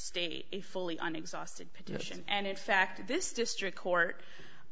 state a fully an exhausted petition and in fact this district court